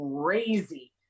crazy